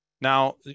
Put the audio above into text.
Now